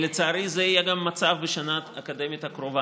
לצערי זה גם יהיה המצב בשנה האקדמית הקרובה.